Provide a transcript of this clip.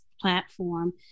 platform